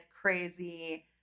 crazy